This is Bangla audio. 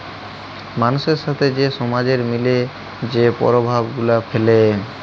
মালুসের সাথে যে সমাজের মিলে যে পরভাব গুলা ফ্যালে